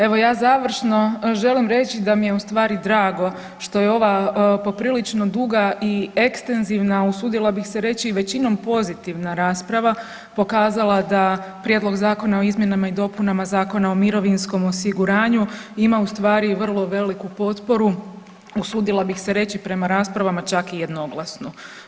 Evo ja završno želim reći da mi je u stvari drago što je ova poprilično duga i ekstenzivna, usudila bih se reći, i većinom pozitivna rasprava pokazala da Prijedlog zakona o izmjenama i dopunama Zakona o mirovinskom osiguranju ima u stvari vrlo veliku potporu, usudila bih se reći, prema raspravama čak i jednoglasno.